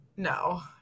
No